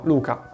Luca